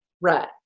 Right